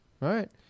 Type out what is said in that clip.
Right